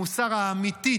המוסר האמיתי,